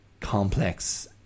complex